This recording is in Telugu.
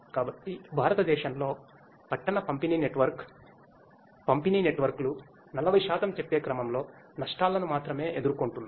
కాబట్టి భారతదేశంలో పట్టణ పంపిణీ నెట్వర్క్ పంపిణీ నెట్వర్క్లు 40 శాతం చెప్పే క్రమంలో నష్టాలను మాత్రమే ఎదుర్కొంటున్నాయి